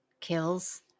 kills